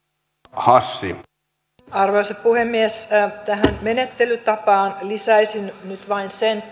arvoisa puhemies tähän menettelytapaan lisäisin nyt vain sen